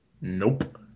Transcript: Nope